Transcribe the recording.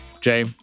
Jay